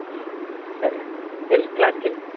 సరే వెళ్ళు క్లాస్కి వెళ్ళు